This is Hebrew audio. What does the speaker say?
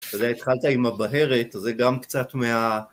זה התחלת עם הבהרת, זה גם קצת מה...